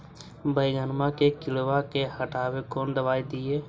बैगनमा के किड़बा के हटाबे कौन दवाई दीए?